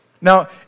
Now